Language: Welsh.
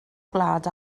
gwlad